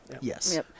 Yes